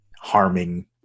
harming